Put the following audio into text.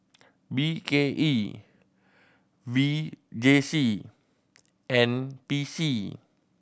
B K E V J C N P C